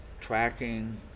tracking